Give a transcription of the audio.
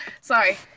Sorry